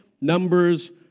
Numbers